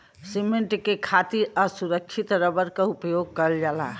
cement के खातिर असुरछित रबर क उपयोग करल जाला